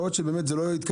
יכול להיות שזה לא יתקדם,